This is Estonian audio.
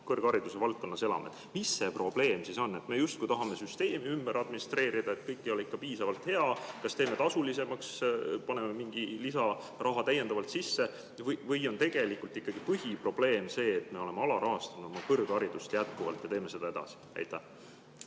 kõrghariduse valdkonnas elame. Mis see probleem on, et me justkui tahame süsteemi ümber administreerida, sest kõik ei ole ikka piisavalt hea? Kas teeme tasulisemaks, paneme mingi lisaraha täiendavalt sisse või on tegelikult ikkagi põhiprobleem see, et me oleme alarahastanud oma kõrgharidust jätkuvalt ja teeme seda edasi? Aitäh!